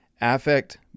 Affect